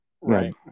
right